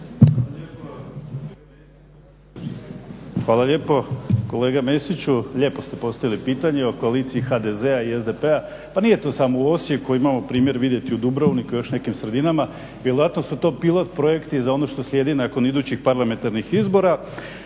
Hvala lijepo. Kolega Mesiću, lijepo ste postavili pitanje o Koaliciji HDZ-a i SDP-a, pa nije to samo u Osijeku, imamo primjer vidjeti u Dubrovniku i još nekim sredinama, vjerojatno su to pilot projekti za ono što slijedi nakon idućih parlamentarnih izbora.